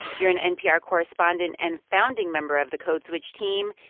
you're an npr correspondent and founding member of the code switch team.